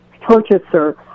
purchaser